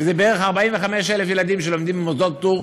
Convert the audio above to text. וזה בערך 45,000 ילדים שלומדים במוסדות פטור,